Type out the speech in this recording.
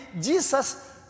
Jesus